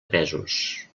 pesos